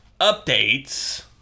updates